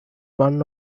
one